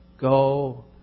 Go